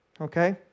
okay